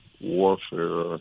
warfare